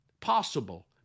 possible